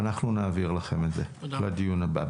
ואנחנו נעביר לכם את זה לדיון הבא.